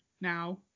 now